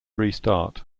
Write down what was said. restart